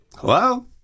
Hello